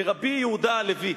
רבי יהודה הלוי,